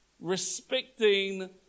respecting